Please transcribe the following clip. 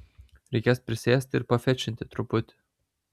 reikės prisėsti ir pafečinti truputį